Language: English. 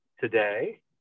today